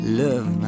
love